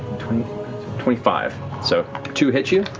twenty five. so two hit you.